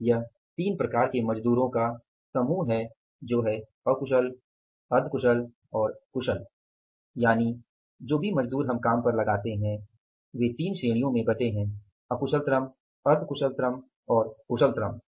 यह तीन प्रकार के मजदूरों का समूह है जो है अकुशल श्रम अर्ध कुशल श्रम और कुशल श्रम है